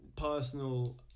personal